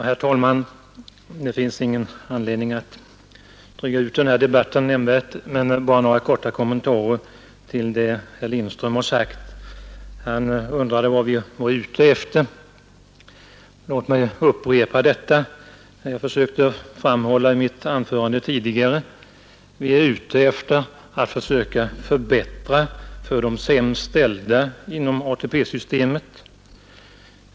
Herr talman! Det finns ingen anledning att nämnvärt dryga ut denna debatt, men låt mig bara ge några korta kommentarer till vad herr Lindström yttrade. Herr Lindström undrade vad vi var ute efter. Låt mig därför upprepa vad jag försökte framhålla i mitt tidigare anförande, nämligen att vi är ute efter att försöka förbättra för de sämst ställda inom ATP-systemet.